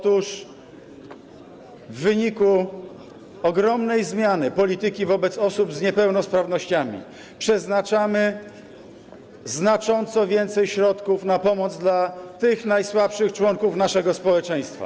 Otóż w wyniku ogromnej zmiany polityki wobec osób z niepełnosprawnościami przeznaczamy znacząco więcej środków na pomoc dla tych najsłabszych członków naszego społeczeństwa.